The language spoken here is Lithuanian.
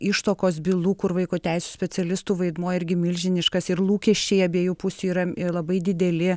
ištuokos bylų kur vaiko teisių specialistų vaidmuo irgi milžiniškas ir lūkesčiai abiejų pusių yra labai dideli